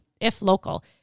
if-local